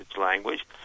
language